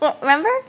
Remember